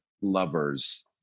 lovers